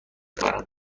کارم